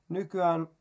Nykyään